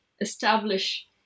establish